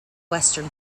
western